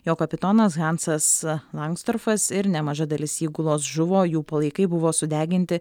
jo kapitonas hansas langsdorfas ir nemaža dalis įgulos žuvo jų palaikai buvo sudeginti